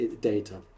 data